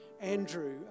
Andrew